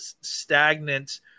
stagnant